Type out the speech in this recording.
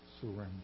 surrender